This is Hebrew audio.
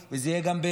וזה יהיה גם ביו"ש.